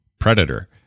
Predator